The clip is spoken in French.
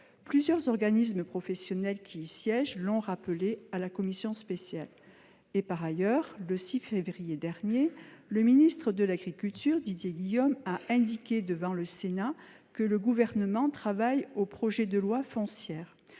plusieurs organismes professionnels siégeant à la CCPNBR. Par ailleurs, le 6 février dernier, le ministre de l'agriculture, Didier Guillaume, a indiqué devant le Sénat que le Gouvernement travaillait au projet de loi foncière.